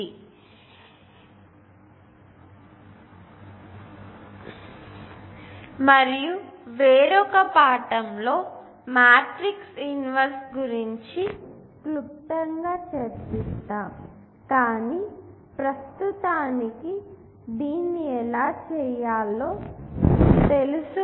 దీన్ని ఎలా చేయాలో తెలుసు అని ఊహిస్తున్నాను మరొక పాఠం లో నేను మ్యాట్రిక్స్ ఇన్వర్స్ గురించి క్లుప్తంగా చర్చిస్తాము కానీ ప్రస్తుతానికి దీన్ని ఎలా చేయాలో తెలుసు